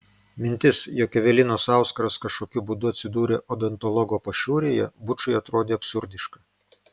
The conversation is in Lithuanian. mintis jog evelinos auskaras kažkokiu būdu atsidūrė odontologo pašiūrėje bučui atrodė absurdiška